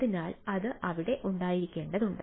അതിനാൽ അത് അവിടെ ഉണ്ടായിരിക്കേണ്ടതുണ്ട്